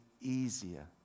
easier